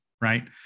right